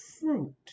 fruit